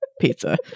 pizza